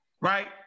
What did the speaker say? right